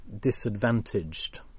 disadvantaged